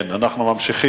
כן, אנחנו ממשיכים